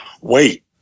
wait